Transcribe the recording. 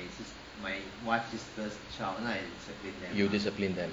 you discipline them